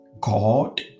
God